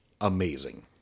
amazing